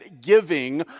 giving